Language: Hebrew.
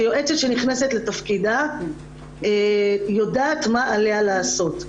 שיועצת שנכנסת לתפקידה תדע מה עליה לעשות.